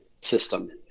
system